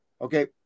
okay